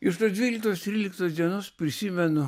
iš tos dvyliktos tryliktos dienos prisimenu